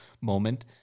moment